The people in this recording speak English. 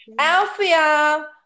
Alfia